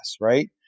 right